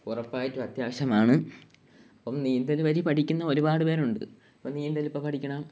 ഉറപ്പായിട്ടും അത്യാവശ്യമാണ് അപ്പോള് നീന്തൽ വഴി പഠിക്കുന്ന ഒരുപാട് പേരുണ്ട് ഇപ്പോള് നീന്തല് ഇപ്പോള് പഠിക്കുന്ന